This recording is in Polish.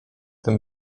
tym